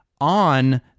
on